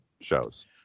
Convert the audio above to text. shows